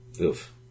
Oof